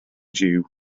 jew